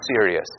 serious